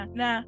na